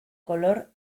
color